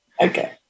Okay